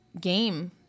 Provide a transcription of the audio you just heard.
game